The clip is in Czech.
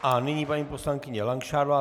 A nyní paní poslankyně Langšádlová.